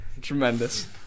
tremendous